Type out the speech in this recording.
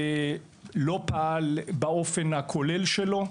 לא פעל באופן הכולל שלו.